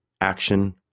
Action